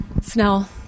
Snell